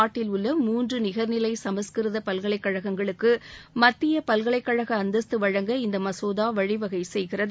நாட்டில் உள்ள மூன்று நிகர்நிலை சமஸ்கிருத பல்கலைக்கழகங்களுக்கு மத்திய பல்கலைக்கழக அந்தஸ்த்து வழங்க இந்த மசோதா வழிவகை செய்கிறது